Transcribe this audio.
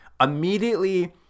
immediately